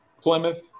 Plymouth